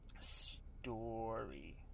Story